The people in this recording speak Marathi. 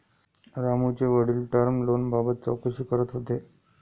रामूचे वडील टर्म लोनबाबत चौकशी करत होते